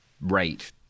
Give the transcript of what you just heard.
rate